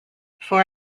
for